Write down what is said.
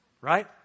right